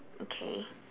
okay